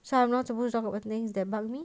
so I'm not supposed to talk about things that bugs me